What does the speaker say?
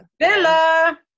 Villa